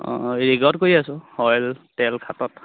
অঁ ৰিগত কৰি আছোঁ অইল তেল খাদত